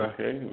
Okay